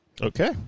Okay